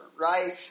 right